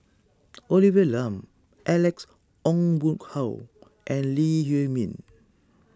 Olivia Lum Alex Ong Boon Hau and Lee Huei Min